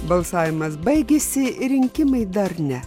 balsavimas baigėsi rinkimai dar ne